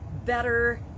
better